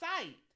sight